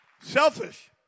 Selfish